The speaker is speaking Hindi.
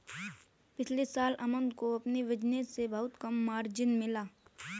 पिछले साल अमन को अपने बिज़नेस से बहुत कम मार्जिन मिला